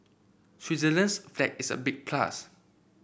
Switzerland's flag is a big plus